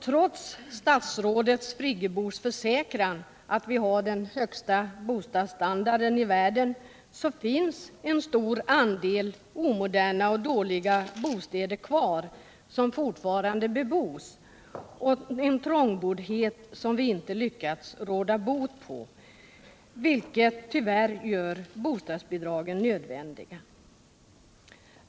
Trots statsrådet Friggebos försäkran att vi har den högsta bostadsstandarden i världen har vi kvar en stor andel omoderna och dåliga bostäder som fortfarande bebos och en trångboddhet som vi inte lyckas råda bot på, vilket tyvärr gör bostadsbidragen nödvändiga.